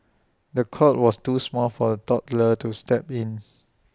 the cot was too small for the toddler to sleep in